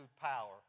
power